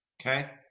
okay